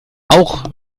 auch